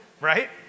right